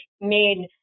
made